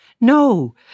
No